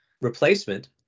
replacement